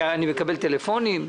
אני מקבל טלפונים.